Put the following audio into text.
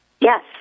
Yes